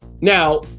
Now